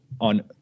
on